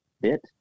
bit